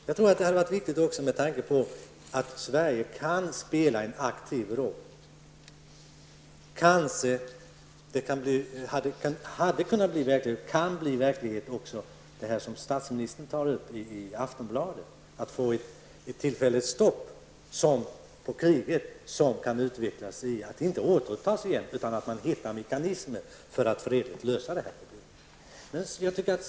Jag tror att det är viktigt med tanke på att Sverige kan spela en aktiv roll. Det kanske kan bli verklighet att, såsom statsministern har föreslagit i Aftonbladet, man kan få ett tillfälligt stopp på kriget. Det kanske då inte återupptas -- i stället hittar man måhända mekanismer för att på fredlig väg lösa problemet.